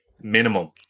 minimum